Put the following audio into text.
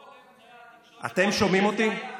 כל אמצעי התקשורת אמרו שזה היה חשאי,